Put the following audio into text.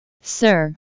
Sir